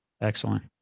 Excellent